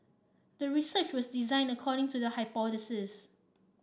the research was designed according to the hypothesis